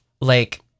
like-